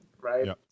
right